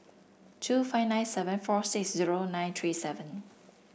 two five nine seven four six zero nine three seven